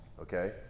okay